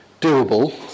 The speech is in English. doable